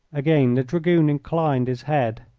again the dragoon inclined his head.